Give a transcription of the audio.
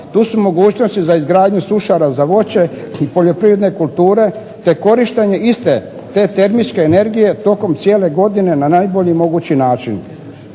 tu su mogućnosti za izgradnju sušara za voće i poljoprivredne kulture, te korištenje iste te termičke energije tokom cijele godine na najbolji mogući način.